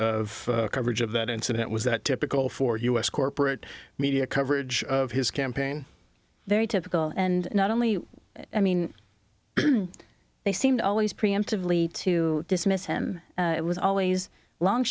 of coverage of that incident was that typical for us corporate media coverage of his campaign very typical and not only i mean they seem to always preemptively to dismiss him it was always a long